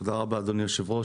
תודה רבה אדוני היושב-ראש,